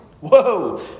Whoa